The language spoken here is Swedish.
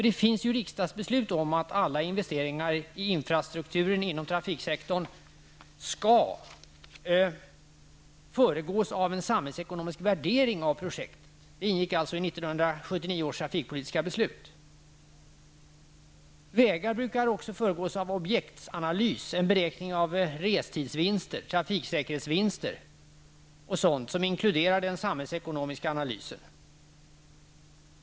Det finns ett riksdagsbeslut om att alla investeringar i infrastrukturen inom trafiksektorn skall föregås av en samhällsekonomisk värdering av projektet. Det ingick i 1979 års trafikpolitiska beslut. Vägbyggen brukar också föregås av en objektanalys, en beräkning av restidsvinster, trafiksäkerhetsvinster och sådant som ingår i en samhällsekonomisk analys.